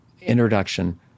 introduction